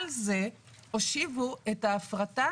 על זה הושיבו את ההפרטה